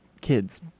kids